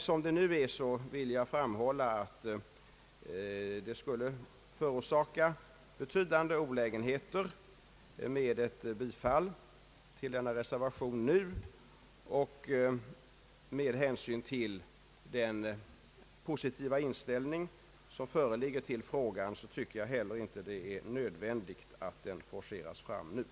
En annan sak är att gällande regler rörande barnavårdsmannainstitutionen kan behöva ses över även från andra synpunkter. Jag vill då erinra om att nuvarande barnavårdsorgans funktioner och funktionsförmåga för närvarande är föremål för allmän översyn inom socialutredningen.